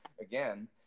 again